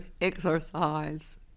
exercise